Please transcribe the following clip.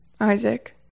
Isaac